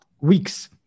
weeks